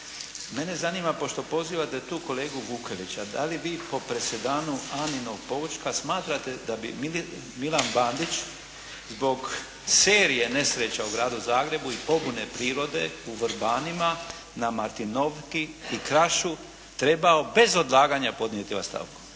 Mene zanima pošto pozivate tu kolegu Vukelića, da li vi po presedanu Aninog poučka smatrate da bi Milan Bandić, zbog serije nesreća u gradu Zagrebu i pobune prirode u Vrbanima, na Martinovki i Krašu trebao bez odlaganja podnijeti ostavku?